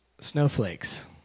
snowflakes